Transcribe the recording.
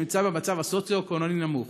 שברובו הוא מיעוט שנמצא במצב סוציו-אקונומי נמוך,